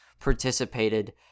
participated